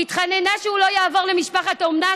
היא התחננה שהוא לא יעבור למשפחת אומנה,